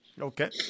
Okay